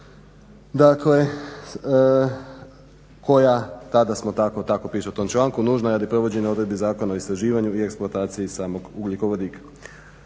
koja tada smo tako, tako piše u tom članku, nužna je radi provođenja odredbi Zakona o istraživanju i eksploataciji samog ugljikovodika.